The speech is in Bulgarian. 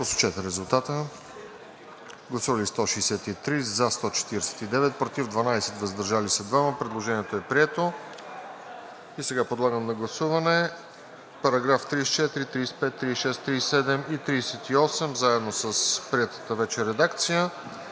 Предложението е прието.